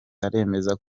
aremeza